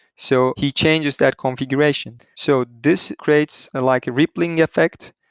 so he changes that configuration. so this creates and like a rippling effect.